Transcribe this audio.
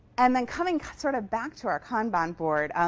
and then coming sort of back to our kanban board.